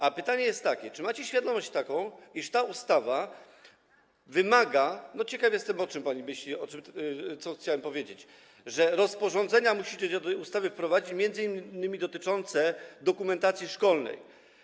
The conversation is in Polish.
A pytanie jest takie: Czy macie świadomość, iż ta ustawa wymaga - ciekaw jestem, o czym pani myśli, co chciałem powiedzieć - że rozporządzenia musicie do tej ustawy wprowadzić, m.in. dotyczące dokumentacji szkolnej?